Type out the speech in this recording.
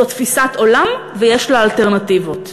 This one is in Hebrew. זאת תפיסת עולם, ויש לה אלטרנטיבות.